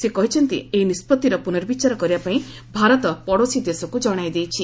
ସେ କହିଛନ୍ତି ଏହି ନିଷ୍ପଭିର ପୁନର୍ବଚାର କରିବାପାଇଁ ଭାରତ ପଡ଼ୋଶୀ ଦେଶକୁ ଜଣାଇଦେଇଛି